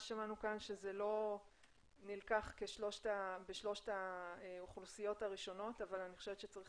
ששמענו כאן שזה לא נלקח בשלושת האוכלוסיות הראשונות אבל אני חושבת שצריך